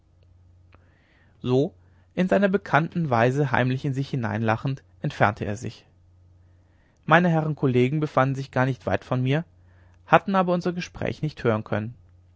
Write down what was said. so in seiner bekannten weise heimlich in sich hineinlachend entfernte er sich meine herren kollegen befanden sich gar nicht weit von mir hatten aber unser gespräch nicht hören können